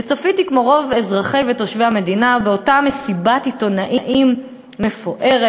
וצפיתי כמו רוב אזרחי ותושבי המדינה באותה מסיבת עיתונאים מפוארת,